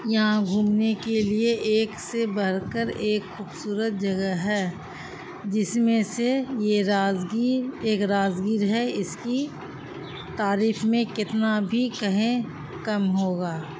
یہاں گھومنے کے لیے ایک سے بڑھ کر ایک خوبصورت جگہ ہے جس میں سے یہ رازگیر ایک رازگیر ہے اس کی تعریف میں کتنا بھی کہیں کم ہوگا